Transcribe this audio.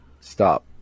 stop